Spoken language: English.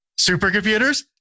supercomputers